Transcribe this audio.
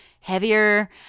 heavier